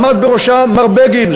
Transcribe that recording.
עמד בראשה מר בגין,